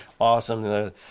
awesome